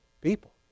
people